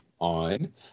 on